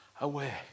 away